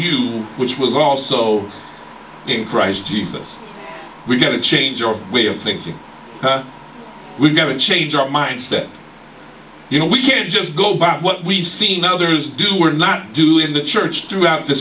you which was also in christ jesus we're going to change our way of thinking we've got to change our mindset you know we can't just go by what we've seen others do or not do in the church throughout the